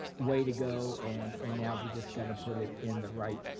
way to go and and now we just gotta put it in the right